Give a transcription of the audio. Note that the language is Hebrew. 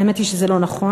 האמת היא שזה לא נכון,